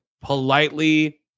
politely